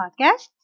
Podcast